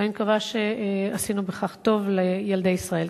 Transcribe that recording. ואני מקווה שעשינו בכך טוב לילדי ישראל.